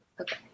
Okay